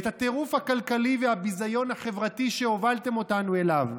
את הטירוף הכלכלי והביזיון החברתי שהובלתם אותנו אליהם,